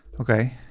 okay